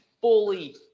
fully